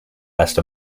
last